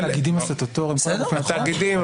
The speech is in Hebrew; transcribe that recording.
השאלה היא,